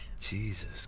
Jesus